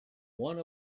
one